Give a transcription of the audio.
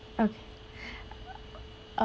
okay